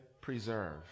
preserve